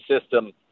system